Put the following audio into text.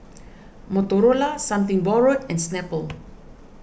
Motorola Something Borrowed and Snapple